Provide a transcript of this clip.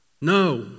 no